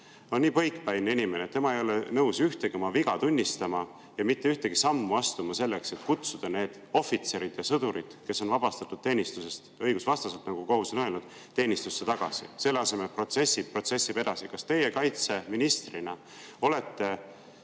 on nii põikpäine inimene, et ta ei ole nõus ühtegi oma viga tunnistama ja mitte ühtegi sammu astuma selleks, et kutsuda need ohvitserid ja sõdurid, kes on vabastatud teenistusest õigusvastaselt, nagu kohus on öelnud, teenistusse tagasi. Selle asemel ta protsessib, protsessib edasi. Kas teie kaitseministrina olete